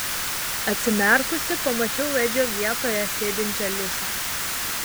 atsimerkusi pamačiau edžio vietoje sėdinčią lisą